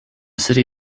city